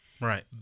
Right